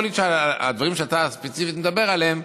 יכול להיות שהדברים שאתה ספציפית מדבר עליהם